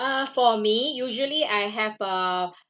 uh for me usually I have a